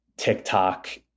TikTok